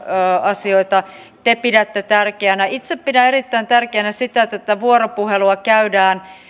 asioita te pidätte tärkeinä itse pidän erittäin tärkeänä sitä että tätä vuoropuhelua käydään